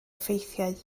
effeithiau